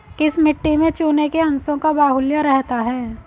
किस मिट्टी में चूने के अंशों का बाहुल्य रहता है?